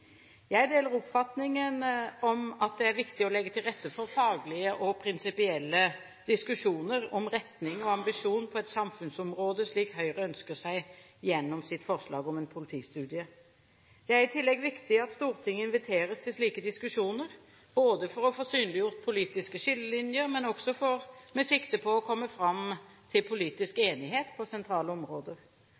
Jeg deler oppfatningen om at det er viktig å legge til rette for faglige og prinsipielle diskusjoner om retning og ambisjon på et samfunnsområde, slik Høyre ønsker seg gjennom sitt forslag om en politistudie. Det er i tillegg viktig at Stortinget inviteres til slike diskusjoner, både for å få synliggjort politiske skillelinjer og med sikte på å komme fram til politisk enighet på sentrale områder.